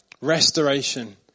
Restoration